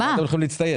במה אתם יכולים להצטייד?